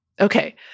Okay